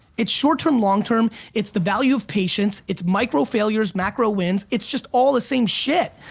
it's short term, long term, it's the value of patience, it's micro failures, macro wins, it's just all the same shit.